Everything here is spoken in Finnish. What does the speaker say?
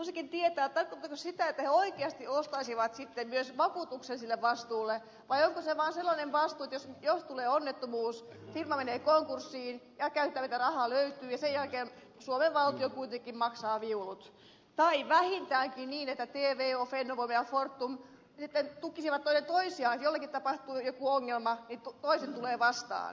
haluaisinkin tietää tarkoittaako se sitä että he oikeasti ostaisivat myös vakuutuksen sille vastuulle vai onko se vaan sellainen vastuu että jos tulee onnettomuus firma menee konkurssiin käyttämätöntä rahaa löytyy ja sen jälkeen suomen valtio kuitenkin maksaa viulut tai vähintäänkin niin että tvo fennovoima ja fortum sitten tukisivat toinen toisiaan niin että kun jollekin tapahtuu joku ongelma niin toiset tulevat vastaan